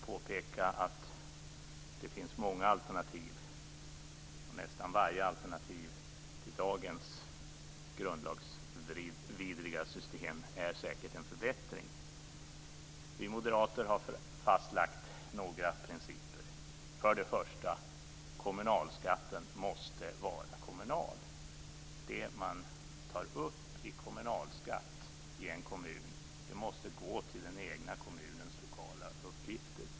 Det finns många alternativ, och nästan varje alternativ till dagens grundlagsvidriga system innebär säkert en förbättring. Vi moderater har fastlagt några principer. För det första: Kommunalskatten måste vara kommunal. Det som man tar upp i kommunalskatt i en kommun måste gå till den egna kommunens lokala uppgifter.